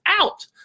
out